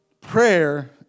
Prayer